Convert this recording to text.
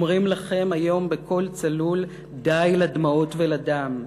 אומרים לכם היום בקול צלול: די לדמעות ולדם,